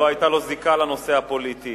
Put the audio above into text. לא היתה לו זיקה לנושא הפוליטי,